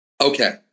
Okay